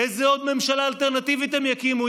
איזו עוד ממשלה אלטרנטיבית הם יקימו?